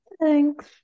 Thanks